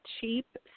cheap